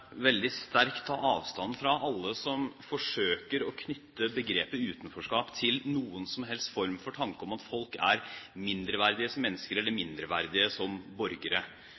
veldig sterkt ta avstand fra alle som forsøker å knytte begrepet «utenforskap» til noen som helst form for tanke om at folk er mindreverdige som mennesker eller mindreverdige som borgere.